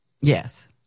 Yes